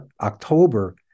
October